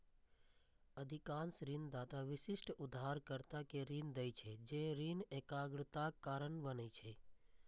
अधिकांश ऋणदाता विशिष्ट उधारकर्ता कें ऋण दै छै, जे ऋण एकाग्रताक कारण बनै छै